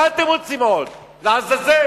מה אתם רוצים עוד, לעזאזל?